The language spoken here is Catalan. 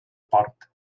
port